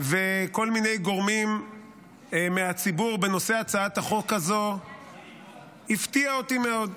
וכל מיני גורמים מהציבור בנושא הצעת החוק הזו הפתיעה אותי מאוד,